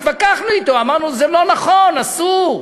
התווכחנו אתו, אמרנו שזה לא נכון, אסור.